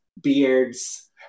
beards